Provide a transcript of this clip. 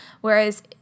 whereas